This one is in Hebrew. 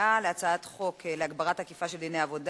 שנייה על הצעת חוק להגברת האכיפה של דיני עבודה,